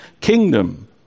kingdom